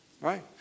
right